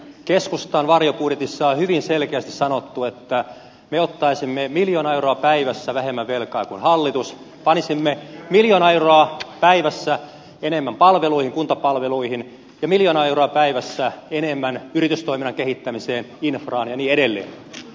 keskustan varjobudjetissa on hyvin selkeästi sanottu että me ottaisimme miljoona euroa päivässä vähemmän velkaa kuin hallitus panisimme miljoona euroa päivässä enemmän kuntapalveluihin ja miljoona euroa päivässä enemmän yritystoiminnan kehittämiseen infraan ja niin edelleen